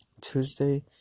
Tuesday